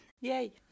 Yay